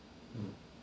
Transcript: mm